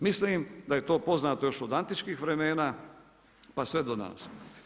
Mislim da je to poznato još od antičkih vremena, pa sve do danas.